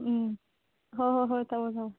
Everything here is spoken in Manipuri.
ꯎꯝ ꯍꯣꯏ ꯍꯣꯏ ꯍꯣꯏ ꯊꯝꯃꯣ ꯊꯝꯃꯣ